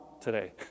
today